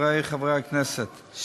חברי חברי הכנסת,